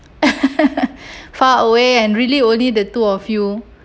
far away and really only the two of you